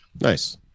Nice